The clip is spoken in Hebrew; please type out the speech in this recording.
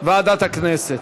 ועדת הכנסת.